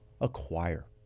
acquire